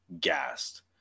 gassed